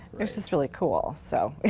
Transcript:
it's just really cool, so.